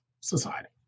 society